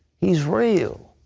he is real.